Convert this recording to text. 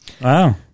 wow